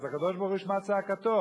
אז הקדוש-ברוך-הוא ישמע צעקתו,